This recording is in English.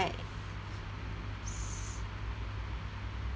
correct